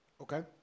Okay